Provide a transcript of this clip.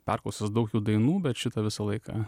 parklausius daug jų dainų bet šita visą laiką